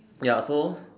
ya so